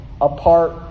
apart